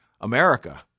America